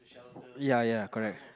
ya ya correct